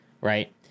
right